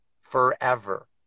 forever